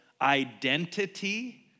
identity